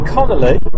Connolly